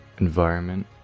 environment